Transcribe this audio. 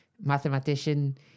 mathematician